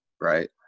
right